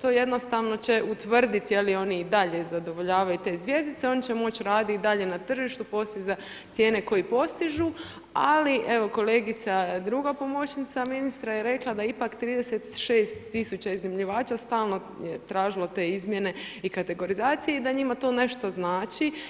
to jednostavno će utvrditi je li i oni dalje zadovoljavaju te zvjezdice i oni će moći raditi i dalje na tržištu, postizati cijene za koje postižu, ali evo kolega druga pomoćnica ministra je rekla da ipak 36 tisuća iznajmljivača je stalno tražila te izmjene i kategorizacija i da njima to nešto znači.